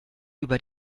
über